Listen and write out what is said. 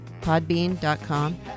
podbean.com